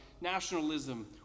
nationalism